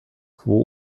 quo